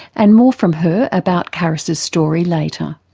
and more from her about caris's story later.